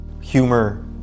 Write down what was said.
Humor